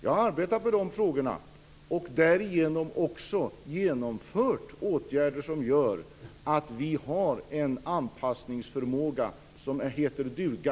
Jag har arbetat med de frågorna och därigenom också genomfört åtgärder som gör att vi har en anpassningsförmåga som heter duga.